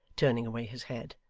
turning away his head.